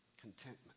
Contentment